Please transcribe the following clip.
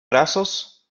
brazos